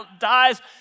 dies